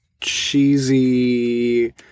cheesy